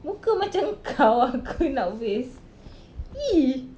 muka macam kau aku nak waste !ee!